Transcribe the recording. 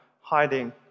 hiding